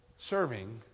serving